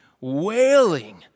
wailing